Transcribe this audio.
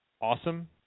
awesome